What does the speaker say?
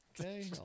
Okay